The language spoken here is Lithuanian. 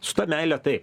su ta meile taip